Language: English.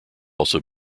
also